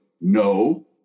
no